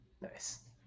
nice